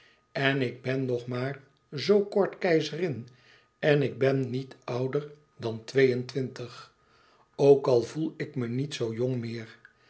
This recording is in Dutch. en ik ben nog maar zoo kort keizerin en ik ben niet ouder dan twee-en-twintig ook al voel ik me niet zoo jong meer